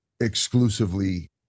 exclusively